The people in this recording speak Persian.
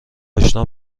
اشنا